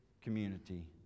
community